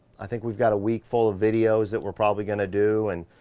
i think we've got a week full of videos, that we're probably gonna do, and,